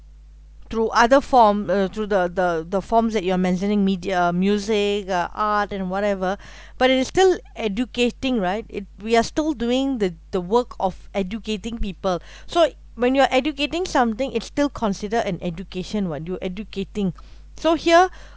through other form uh through the the the forms that you are mentioning media music uh art and whatever but it is still educating right it we are still doing the the work of educating people so when you're educating something it's still considered an education what you're educating so here